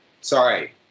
Sorry